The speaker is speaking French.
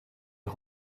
est